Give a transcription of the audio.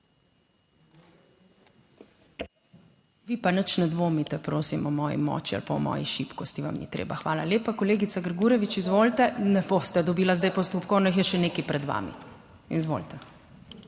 Vi pa nič ne dvomite, prosim, o moji moči ali pa v moji šibkosti, vam ni treba. Hvala lepa. Kolegica Grgurevič, izvolite, ne boste dobili zdaj postopkovno, jih je še nekaj pred vami. Izvolite.